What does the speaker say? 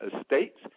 Estates